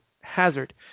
hazard